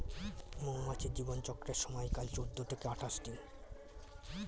মৌমাছির জীবন চক্রের সময়কাল চৌদ্দ থেকে আঠাশ দিন